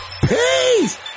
Peace